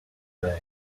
rain